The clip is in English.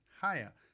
higher